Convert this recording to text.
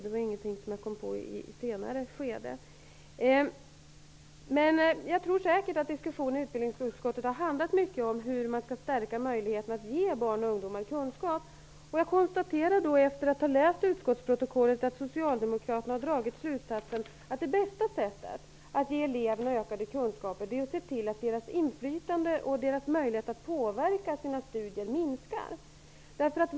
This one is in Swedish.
Det var ingenting som jag kom på i ett senare skede. Jag tror säkert att diskussionen i utbildningsutskottet har handlat mycket om hur man skall stärka möjligheterna att ge barn och ungdomar kunskap. Efter att ha läst utskottsprotokollet konstaterar jag att Socialdemokraterna har dragit slutsatsen att det bästa sättet att ge eleverna ökade kunskaper är att se till att deras inflytande och deras möjlighet att påverka sina studier minskar.